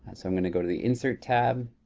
so, i'm gonna go to the insert tab.